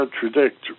contradict